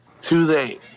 Today